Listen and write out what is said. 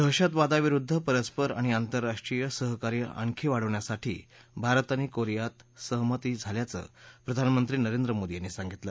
दहशतवादाविरुद्ध परस्पर आणि आतंरराष्ट्रीय सहकार्य आणखी वाढवण्यासाठी भारत आणि कोरियात एकमत झाल्याचं प्रधानमंत्री नरेंद्र मोदी यांनी सांगितलं